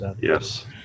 Yes